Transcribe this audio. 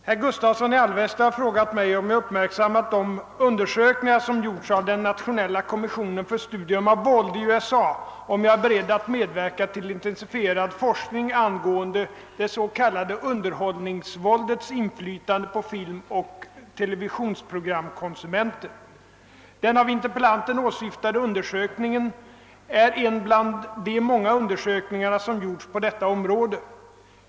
Herr Gustavsson i Alvesta har frågat mig, om jag uppmärksammat de undersökningar som gjorts av den nationella kommissionen för studium av våld i USA och om jag är beredd att medverka till intensifierad forskning angående det s.k. underhållningsvåldets inflytande på filmoch televisionsprogramkonsumenter. Den av interpellanten åsyftade undersökningen är en bland de många undersökningarna som gjorts på detta område.